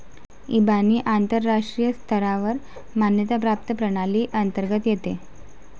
इबानी आंतरराष्ट्रीय स्तरावर मान्यता प्राप्त प्रणाली अंतर्गत येते